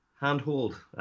handhold